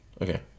Okay